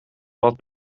blad